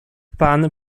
pan